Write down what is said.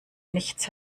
nichts